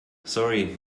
sorry